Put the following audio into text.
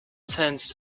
turns